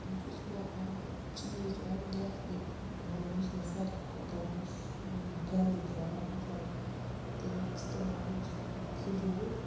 یُس مےٚ آو چیٖز اوٚن یَتھ ییٚمہِ مطلب یُس مےٚ ساروی کھۄتہٕ یُس گَنٛدٕ درٛاو مطلب تَمیُک اِستعمال اوس مطلب فضوٗل